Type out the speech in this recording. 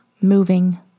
moving